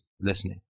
listening